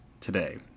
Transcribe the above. today